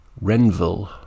Renville